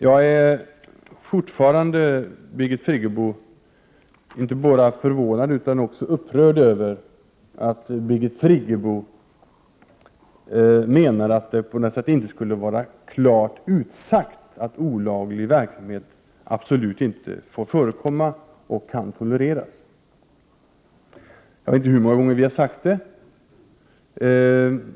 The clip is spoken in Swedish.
Jag är fortfarande, Birgit Friggebo, inte bara förvånad utan också upprörd över att Birgit Friggebo menar att det inte skulle vara klart utsagt att olaglig verksamhet absolut inte får förekomma och inte kan tolereras. Jag vet inte hur många gånger vi har sagt detta.